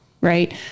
right